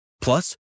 Plus